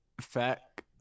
Fact